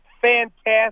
fantastic